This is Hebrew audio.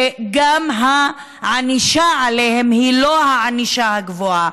שגם הענישה עליהן היא לא הענישה הגבוהה.